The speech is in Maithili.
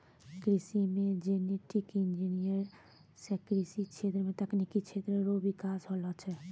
कृषि मे जेनेटिक इंजीनियर से कृषि क्षेत्र मे तकनिकी क्षेत्र रो बिकास होलो छै